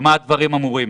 במה הדברים אמורים?